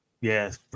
Yes